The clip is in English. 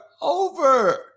over